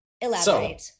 elaborate